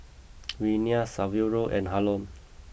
Renea Saverio and Harlon